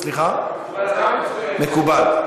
מקובל.